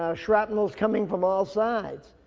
ah shrapnel's coming from all sides.